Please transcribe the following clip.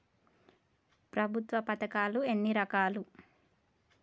ప్రభుత్వ పథకాలు ఎన్ని రకాలు?